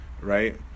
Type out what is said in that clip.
right